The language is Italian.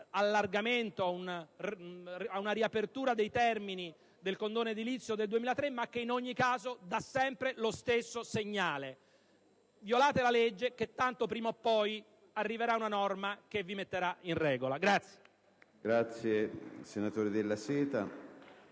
è arrivata a riaprire i termini del condono edilizio del 2003, ma che in ogni caso dà sempre lo stesso segnale: violate la legge che tanto prima o poi arriverà una norma che vi metterà in regola.